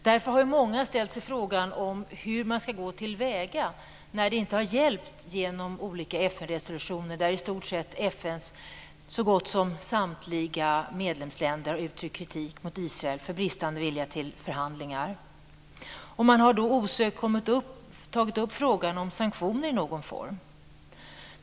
Därför har många frågat sig hur man skall gå till väga när det inte har hjälpt med olika FN-resolutioner där i stort sett samtliga FN:s medlemsländer har uttryckt kritik mot Israel för bristande vilja till förhandlingar. Man har då osökt tagit upp frågan om sanktioner i någon form.